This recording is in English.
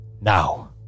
Now